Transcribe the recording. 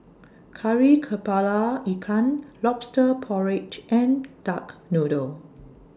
Kari Kepala Ikan Lobster Porridge and Duck Noodle